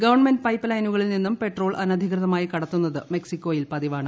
government pipe ലൈനുകളിൽ നിന്നും petrol അനധികൃതമായി കടത്തുന്നത് മെക്സിക്കോയിൽ പതിവാണ്